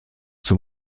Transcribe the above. zum